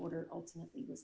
order ultimately was